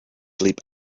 sleep